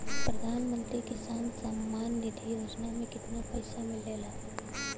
प्रधान मंत्री किसान सम्मान निधि योजना में कितना पैसा मिलेला?